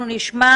אנחנו נשמע